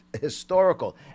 historical